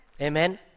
Amen